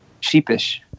sheepish